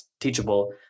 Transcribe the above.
Teachable